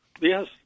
Yes